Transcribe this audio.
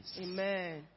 Amen